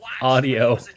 audio